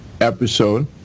episode